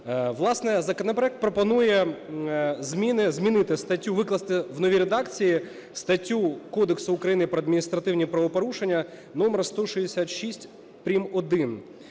Власне, законопроект пропонує змінити статтю, викласти в новій редакції статтю Кодексу України про адміністративні правопорушення номер 166 прим.1,